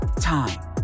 time